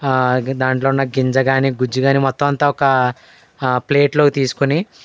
దాంట్లో ఉన్న గింజ కానీ గుజ్జు కానీ మొత్తం అంతా ఒక ప్లేట్లోకి తీసుకొని